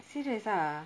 serious ah